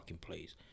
place